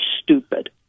stupid